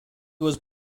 was